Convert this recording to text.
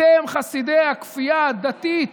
אתם חסידי הכפייה הדתית,